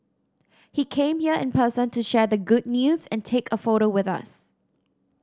he came here in person to share the good news and take a photo with us